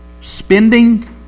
spending